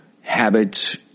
habits